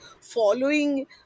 following